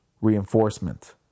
reinforcement